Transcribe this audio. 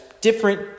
different